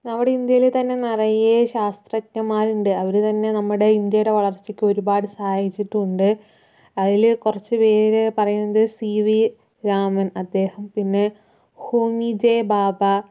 നമ്മുടെ ഇന്ത്യയിലെ തന്നെ നിറയെ ശാസ്ത്രജ്ഞന്മാരുണ്ട് അവര് തന്നെ നമ്മുടെ ഇന്ത്യയുടെ വളർച്ചയ്ക്ക് ഒരുപാട് സഹായിച്ചിട്ടുണ്ട് അതില് കുറച്ചു പേര് പറയുന്നത് സി വി രാമൻ അദ്ദേഹം പിന്നെ ഹോമി ജെ ബാബ